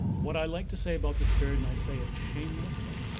what i like to say about this period, and i say it shamelessly,